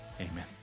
Amen